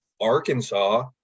Arkansas